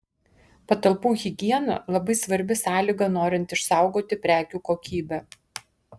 patalpų higiena labai svarbi sąlyga norint išsaugoti prekių kokybę